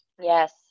Yes